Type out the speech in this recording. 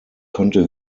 konnte